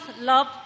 love